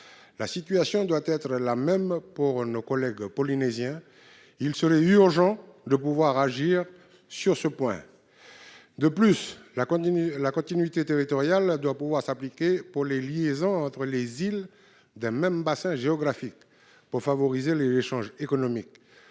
La situation doit être la même pour nos collègues polynésiens. Il serait urgent de pouvoir agir sur ce point. De plus, le principe de continuité territoriale doit pouvoir s'appliquer pour les liaisons entre les îles d'un même bassin géographique, de manière à favoriser les échanges économiques.